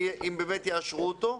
אם באמת יאשרו אותו.